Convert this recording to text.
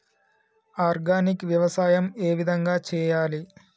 Organic వ్యవసాయం ఏ విధంగా చేయాలి?